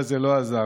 אבל זה לא עזר.